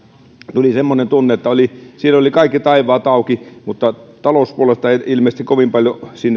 tuli semmoinen tunne että siinä olivat kaikki taivaat auki mutta talouspuolesta ei ilmeisesti kovin paljon